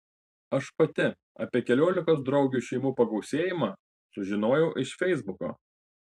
aš pati apie keliolikos draugių šeimų pagausėjimą sužinojau iš feisbuko